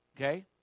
Okay